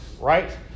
right